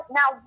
now